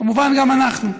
כמובן, גם אנחנו.